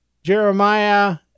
Jeremiah